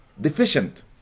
deficient